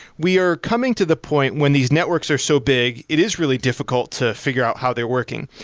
we are coming to the point when these networks are so big, it is really difficult to figure out how they're working.